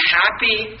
happy